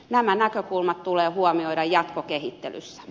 nämä näkökulmat tulee huomioida jatkokehittelyssä